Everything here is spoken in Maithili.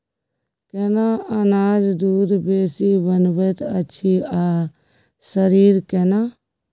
केना अनाज दूध बेसी बनबैत अछि आ शरीर केना?